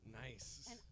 Nice